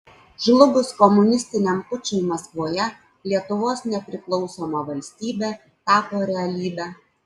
žlugus komunistiniam pučui maskvoje lietuvos nepriklausoma valstybė tapo realybe